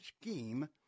scheme